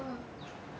oh